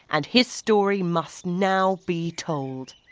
and his story must now be told.